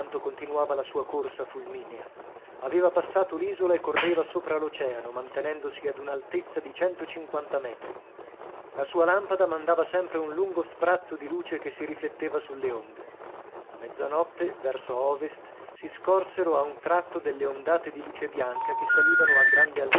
continuava la sua corsa fulminea aveva passato l'isola e correva sopra l'oceano mantenendosi ad un'altezza di centocinquanta metri la sua lampada mandava sempre un lungo sprazzo di luce che si rifletteva sulle onde a mezzanotte verso ovest si scorsero a un tratto delle ondate di luce bianca che salivano a grande